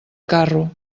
carro